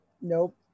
nope